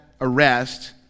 arrest